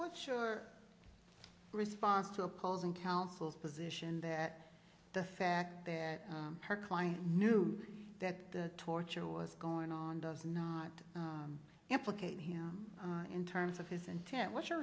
what's your response to opposing counsel's position that the fact that her client knew that the torture was going on does not implicate him in terms of his intent what's your